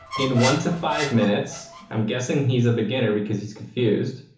in one to five minutes. i'm guessing he's a beginner because he's confused